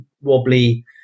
wobbly